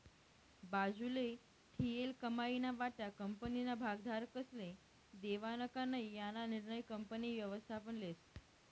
बाजूले ठीयेल कमाईना वाटा कंपनीना भागधारकस्ले देवानं का नै याना निर्णय कंपनी व्ययस्थापन लेस